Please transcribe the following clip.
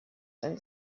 and